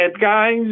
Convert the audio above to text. guys